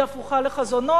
היא הפוכה לחזונו.